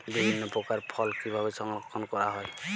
বিভিন্ন প্রকার ফল কিভাবে সংরক্ষণ করা হয়?